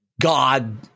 god